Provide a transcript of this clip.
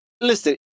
listen